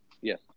Yes